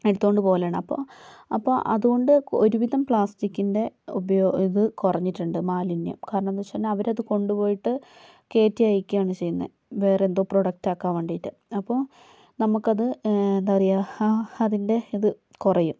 എടുത്തോണ്ട് പോകലാണ് അപ്പോൾ അപ്പോൾ അതുകൊണ്ട് ഒരുവിധം പ്ലാസ്റ്റിക്കിൻ്റെ ഉപയോ ഇത് കുറഞ്ഞിട്ടുണ്ട് മാലിന്യം കാരണം എന്താ വെച്ച് കഴിഞ്ഞാൽ അവരത് കൊണ്ടുപോയിട്ട് കേറ്റി അയക്കാണ് ചെയ്യുന്നെ വേറെന്തോ പ്രൊഡക്റ്റാക്കാൻ വേണ്ടിയിട്ട് അപ്പം നമുക്കത് എന്താ പറയുക ആ അതിൻ്റെ ഇത് കുറയും